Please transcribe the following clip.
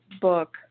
book